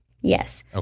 Yes